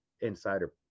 insider